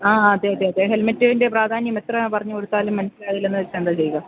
ആ അതെ അതെ അതെ ഹെല്മറ്റിന്റെ പ്രാധാന്യം എത്ര പറഞ്ഞുകൊടുത്താലും മനസ്സിലാവില്ലെന്ന് വെച്ചാൽ എന്താണ് ചെയ്യുക